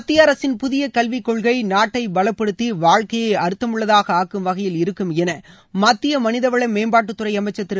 மத்திய அரசின் புதிய கல்விக்கொள்கை நாட்டை பலப்படுத்தி வாழ்க்கையை அர்த்தமுள்ளதாக ஆக்கும் வகையில் இருக்கும் என மத்திய மனித வள மேம்பாட்டுத்துறை அமைச்சர் திரு